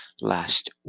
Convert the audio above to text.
last